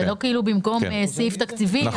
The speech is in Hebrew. זה לא במקום סעיף תקציבי.